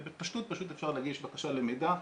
בפשטות אפשר להגיש בקשה למידע,